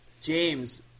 james